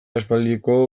aspaldiko